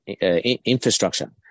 infrastructure